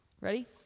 Ready